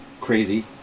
crazy